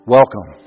Welcome